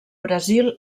brasil